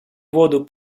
воду